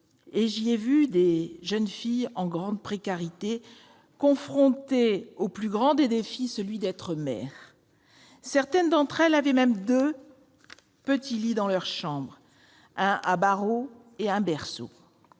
J'y ai vu des jeunes filles en grande précarité, confrontées au plus grand des défis : être mère. Certaines d'entre elles avaient même deux petits lits dans leur chambre, un à barreaux et un berceau.